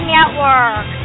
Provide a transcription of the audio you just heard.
Network